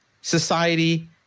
society